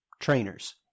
trainers